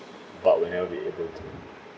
but will never be able to